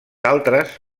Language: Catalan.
altres